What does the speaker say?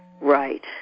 Right